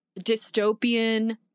dystopian